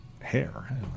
hair